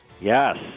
Yes